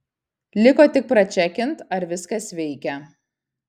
liko tik pračekint ar viskas veikia